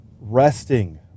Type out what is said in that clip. resting